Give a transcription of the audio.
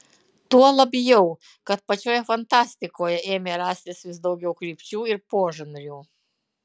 tuo labiau kad pačioje fantastikoje ėmė rastis vis daugiau kitų krypčių ir požanrių